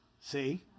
See